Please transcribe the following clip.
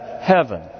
heaven